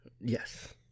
Yes